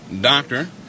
Doctor